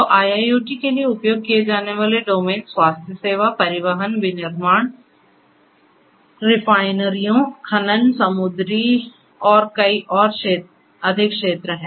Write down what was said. तो IIoT के लिए उपयोग किए जाने वाले डोमेन स्वास्थ्य सेवा परिवहन विनिर्माण रिफाइनरियों खनन समुद्री और कई और अधिक क्षेत्र हैं